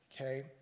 okay